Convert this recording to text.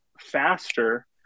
faster